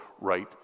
right